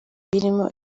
birimo